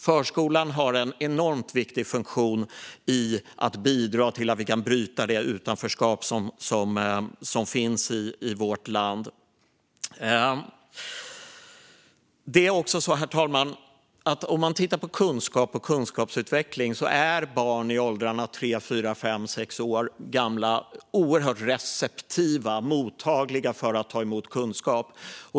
Förskolan har en enormt viktig funktion i att bidra till att vi kan bryta det utanförskap som finns i vårt land. Herr talman! Om man tittar på kunskap och kunskapsutveckling är barn i åldrarna tre till sex år oerhört receptiva, mottagliga, för att ta till sig kunskap.